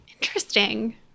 Interesting